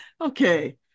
Okay